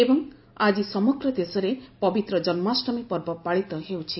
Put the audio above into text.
ଏବଂ ଆଜି ସମଗ୍ର ଦେଶରେ ପବିତ୍ର ଜନ୍ମାଷ୍ଟମୀ ପର୍ବ ପାଳିତ ହେଉଛି